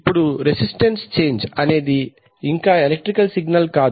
ఇప్పుడు resistance change అనేది ఇంకా ఎలక్ట్రికల్ సిగ్నల్ కాదు